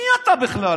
מי אתה בכלל?